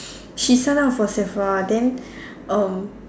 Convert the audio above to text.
she sign up for Sephora then um